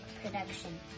production